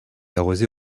arrosée